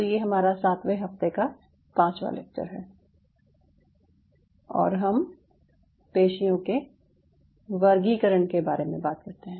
तो ये हमारा सातवें हफ्ते का पांचवा लेक्चर है और हम पेशियों के वर्गीकरण के बारे में बात करते हैं